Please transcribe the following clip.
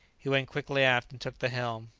he went quickly aft and took the helm.